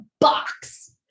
box